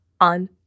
on